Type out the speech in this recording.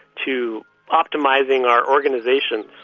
to optimising our organisations,